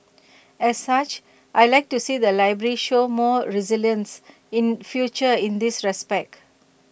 as such I Like to see the library show more resilience in future in this respect